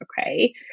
Okay